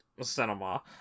cinema